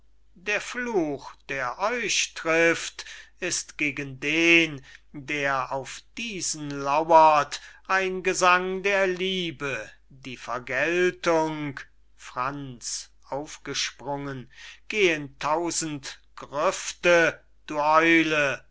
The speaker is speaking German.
der fluch der euch trift ist gegen den der auf diesen lauert ein gesang der liebe die vergeltung franz aufgesprungen geh in tausend grüfte du